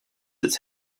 its